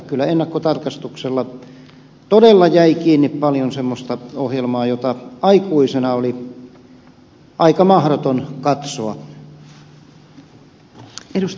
kyllä ennakkotarkastuksella todella jäi kiinni paljon semmoista ohjelmaa jota aikuisena oli aika mahdoton katsoa